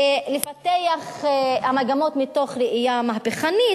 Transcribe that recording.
ולפתח את המגמות מתוך ראייה מהפכנית,